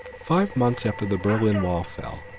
five months after the berlin wall fell,